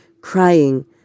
crying